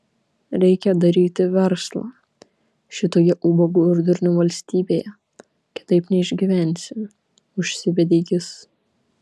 reikia daryti verslą šitoje ubagų ir durnių valstybėje kitaip neišgyvensi užsivedė jis